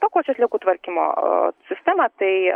pakuočių atliekų tvarkymo sistemą tai